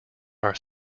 are